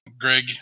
Greg